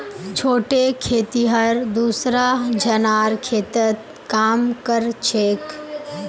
छोटे खेतिहर दूसरा झनार खेतत काम कर छेक